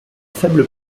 faible